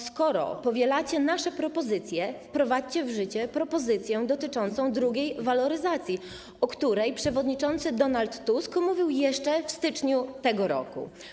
Skoro powielacie nasze propozycje, wprowadźcie w życie propozycję dotyczącą drugiej waloryzacji, o której przewodniczący Donald Tusk mówił jeszcze w styczniu tego roku.